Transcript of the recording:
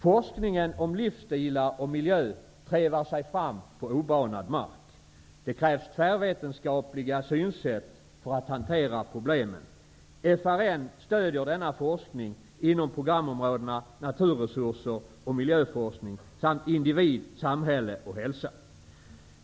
Forskningen om livsstilar och miljö trevar sig fram på obanad mark. Det krävs tvärvetenskapliga synsätt för att hantera problemen. FRN stöder denna forskning inom programområdena Naturresurser och miljöforskning samt Individ, samhälle och hälsa.